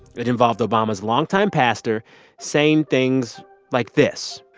it involved obama's longtime pastor saying things like this.